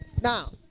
Now